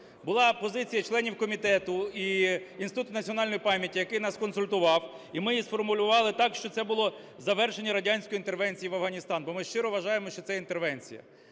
національної пам'яті, який нас консультував, і ми її сформулювали так, що це було завершення радянської інтервенції в Афганістан, бо ми щиро вважаємо, що це інтервенція.